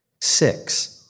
Six